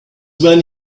when